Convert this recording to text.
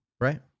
Right